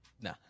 nah